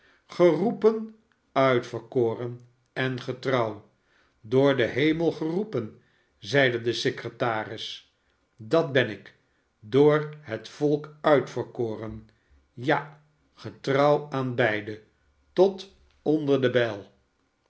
geroepen uitverkoren en getrouw sdoorden hemel geroepen zeide de secretaris dat ben ik door het volk uitverkoren ja getrouw aan beide tot onder de bijl